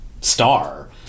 star